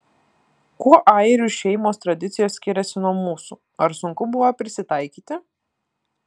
kuo airių šeimos tradicijos skiriasi nuo mūsų ar sunku buvo prisitaikyti